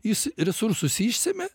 jis resursus išsemia